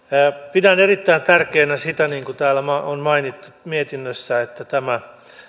pidän erittäin tärkeänä sitä niin kuin täällä on mainittu mietinnössä että tämä